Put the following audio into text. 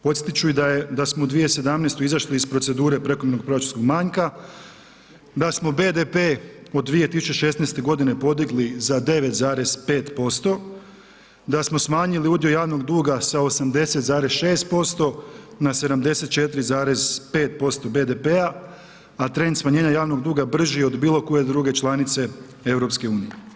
Podsjetit ću i da smo u 2017. izašli iz procedure prekomjernog proračunskog manjka, da smo BDP od 2016. podigli za 9,5%, da smo smanjili udio javnog duga sa 80,6% na 74,5% BDP-a, a trend smanjenja javnog duga brži je od bilo koje druge članice EU.